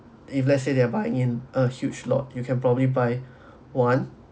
if let's say they are buying in a huge lot you can probably buy one